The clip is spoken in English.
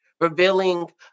revealing